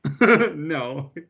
No